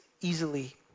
easily